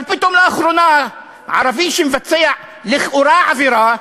אבל פתאום לאחרונה ערבי שמבצע לכאורה עבירה,